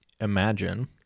imagine